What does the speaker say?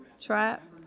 Trap